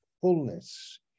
fullness